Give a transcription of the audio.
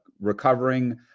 recovering